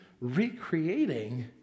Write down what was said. recreating